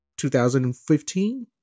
2015